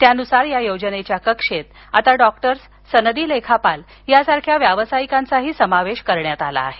त्यानुसार या योजनेच्या कक्षेत आता डॉक्टर्स सनदी लेखापाल यासारख्या व्यावसायिकांचाही समावेश करण्यात आला आहे